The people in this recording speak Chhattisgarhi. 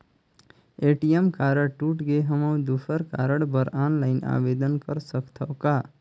ए.टी.एम कारड टूट गे हववं दुसर कारड बर ऑनलाइन आवेदन कर सकथव का?